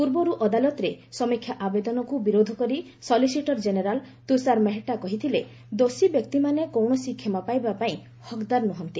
ପୂର୍ବର୍ ଅଦାଲତରେ ସମୀକ୍ଷା ଆବେଦନକୁ ବିରୋଧ କରି ସଲିସିଟର ଜେନେରାଲ୍ ତ୍ରଷାର ମେହେଟ୍ଟା କହିଥିଲେ ଦୋଷୀ ବ୍ୟକ୍ତିମାନେ କୌଣସି କ୍ଷମା ପାଇବା ପାଇଁ ହକ୍ଦାର ନୁହନ୍ତି